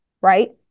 right